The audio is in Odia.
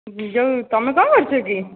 ଯେଉଁ ତୁମେ କ'ଣ କରୁଛ କି